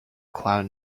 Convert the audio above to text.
cloud